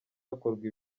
hakorwa